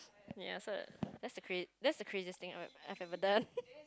ya so that's the crazy~ that's the craziest thing I've I have ever done